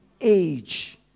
age